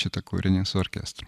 šitą kūrinį su orkestru